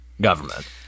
government